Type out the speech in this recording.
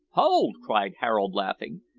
hold! cried harold, laughing,